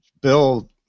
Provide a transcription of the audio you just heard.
Bill